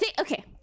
okay